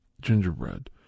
gingerbread